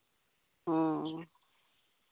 ᱚ